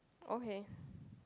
okay